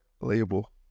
label